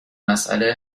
مساله